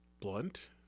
Blunt